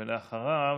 ואחריו,